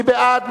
מי בעד,